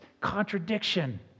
contradiction